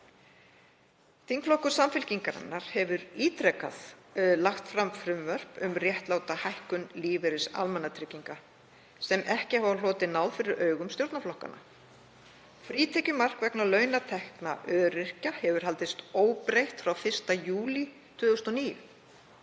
Þingflokkur Samfylkingarinnar hefur ítrekað lagt fram frumvörp um réttláta hækkun lífeyris almannatrygginga, sem ekki hafa hlotið náð fyrir augum stjórnarflokkanna. Frítekjumark vegna launatekna öryrkja hefur haldist óbreytt frá 1. júlí 2009